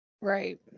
right